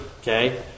okay